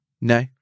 No